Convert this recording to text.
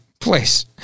please